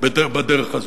בדרך הזו.